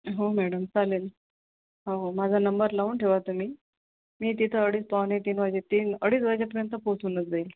हो मॅडम चालेल हो हो माझा नंबर लावून ठेवा तुम्ही मी तिथं अडीच पावणे तीन वाजे तीन अडीच वाजेपर्यंत पोहचूनच जाईल